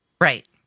right